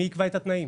מי יקבע את התנאים?